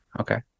okay